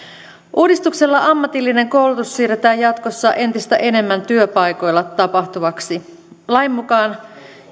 uudistuksella ammatillinen koulutus siirretään jatkossa entistä enemmän työpaikoilla tapahtuvaksi lain mukaan